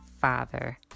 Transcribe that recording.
father